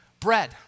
Bread